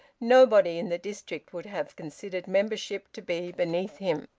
nobody in the district would have considered membership to be beneath him.